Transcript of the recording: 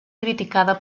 criticada